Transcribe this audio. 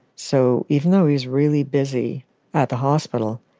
so even though he's really busy at the hospital,